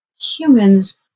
humans